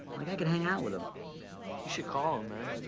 like i could hang out with him. you should call him, man.